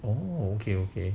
okay okay